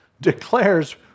declares